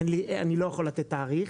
אני לא יכול לתת תאריך.